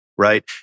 Right